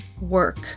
work